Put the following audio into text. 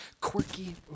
Quirky